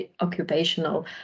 occupational